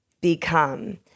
become